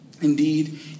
Indeed